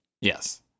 yes